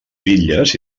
bitlles